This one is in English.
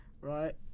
right